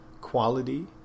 quality